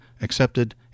accepted